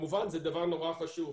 זה דבר נורא חשוב,